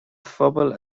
phobal